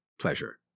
pleasure